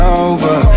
over